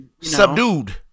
subdued